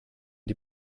die